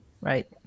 Right